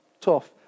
tough